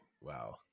Wow